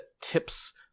tips